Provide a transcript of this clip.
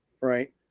Right